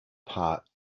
part